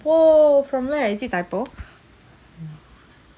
oh from where is it Typo